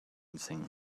thing